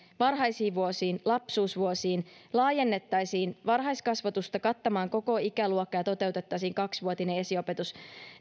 varhaisiin vuosiin lapsuusvuosiin laajennettaisiin varhaiskasvatusta kattamaan koko ikäluokka ja toteutettaisiin kaksivuotinen esiopetus